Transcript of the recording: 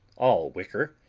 all wicker,